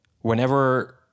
whenever